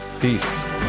peace